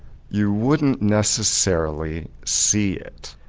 you wouldn't necessarily see it.